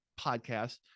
podcast